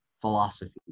philosophy